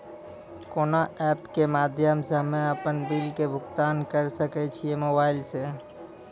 कोना ऐप्स के माध्यम से हम्मे अपन बिल के भुगतान करऽ सके छी मोबाइल से?